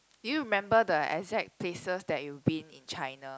do you remember the exact places that you been in China